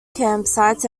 campsites